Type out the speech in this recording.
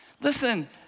Listen